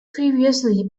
previously